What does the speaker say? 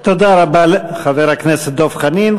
תודה רבה לחבר הכנסת דב חנין.